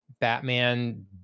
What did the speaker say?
Batman